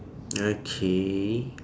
okay